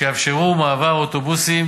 שיאפשרו מעבר אוטובוסים